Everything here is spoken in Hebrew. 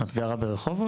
את גרה ברחובות?